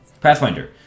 Pathfinder